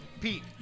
Pete